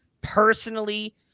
personally